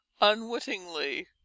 UNWITTINGLY